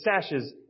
sashes